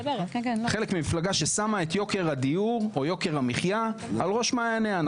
חלק מהמפלגה ששמה את יוקר הדיור או יוקר המחייה על ראש מענייה.